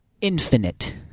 infinite